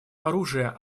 оружия